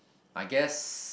my guess